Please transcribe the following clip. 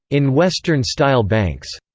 in western-style banks,